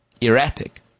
Erratic